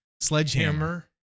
sledgehammer